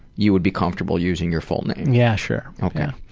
you would be comfortable using your full name. yeah, sure, yeah.